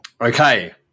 Okay